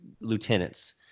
lieutenants